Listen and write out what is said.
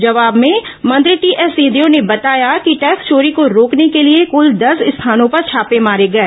जवाब में मंत्री टीएस सिंहदेव ने बताया कि टैक्स चोरी को रोकने के लिए कल दस स्थानों पर छापे मारे गए